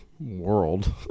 world